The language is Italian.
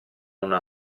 una